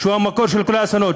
שהוא המקור של כל האסונות,